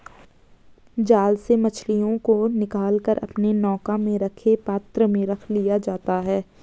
जाल से मछलियों को निकाल कर अपने नौका में रखे पात्र में रख लिया जाता है